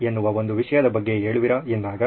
ಎನ್ನುವ ಒಂದು ವಿಷಯದ ಬಗ್ಗೆ ಹೇಳುವಿರ ಎಂದಾಗ